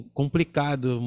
complicado